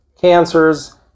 cancers